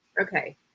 Okay